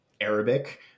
Arabic